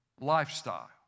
lifestyle